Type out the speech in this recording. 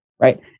Right